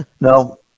No